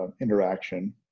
interaction